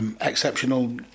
exceptional